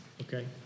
Okay